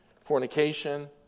Fornication